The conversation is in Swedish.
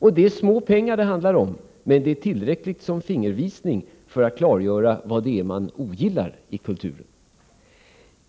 Det är små pengar det handlar om, men det är tillräckligt som fingervisning för att klargöra vad det är man ogillar i kulturen.